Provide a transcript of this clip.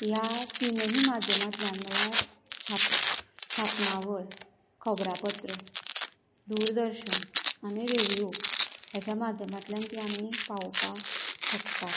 ह्या तीनही माध्यमांतल्यान म्हणल्यार छाप छापणावळ खबरापत्र दुरदर्शन आनी रेडिओ हेच्या माध्यमांतल्यान ती आमी पावोवपाक शकतात